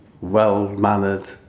well-mannered